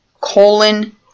colon